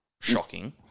shocking